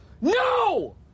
No